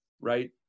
right